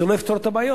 זה לא יפתור את הבעיות.